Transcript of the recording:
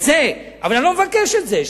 אבל אני לא מבקש את זה,